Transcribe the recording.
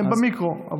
הם במיקרו.